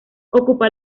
ocupa